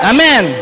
Amen